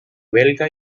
belga